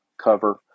cover